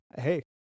Hey